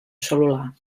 cel·lular